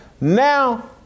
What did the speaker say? Now